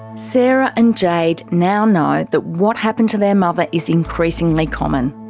sarah and jade now know that what happened to their mother is increasingly common.